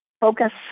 focus